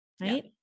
right